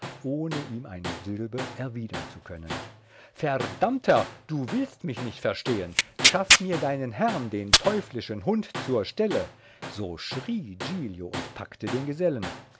ohne ihm eine silbe erwidern zu können verdammter du willst mich nicht verstehen schaff mir deinen herrn den teuflischen hund zur stelle so schrie giglio und packte den gesellen